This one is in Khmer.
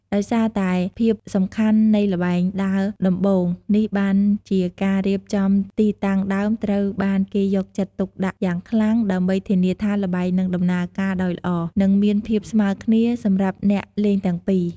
ដោយសារតែភាពសំខាន់នៃក្បួនដើរដំបូង នេះហើយបានជាការរៀបចំទីតាំងដើមត្រូវបានគេយកចិត្តទុកដាក់យ៉ាងខ្លាំង ដើម្បីធានាថាល្បែងនឹងដំណើរការដោយល្អ និងមានភាពស្មើរគ្នា សម្រាប់អ្នកលេងទាំងពីរ។